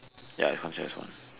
ya it's considered as one